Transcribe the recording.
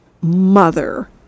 mother